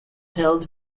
held